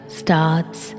starts